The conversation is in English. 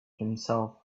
himself